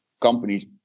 companies